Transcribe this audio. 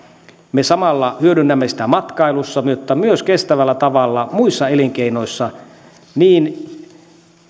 me samalla hyödynnämme sitä matkailussa mutta myös kestävällä tavalla muissa elinkeinoissa niin